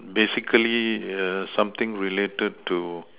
basically err something related to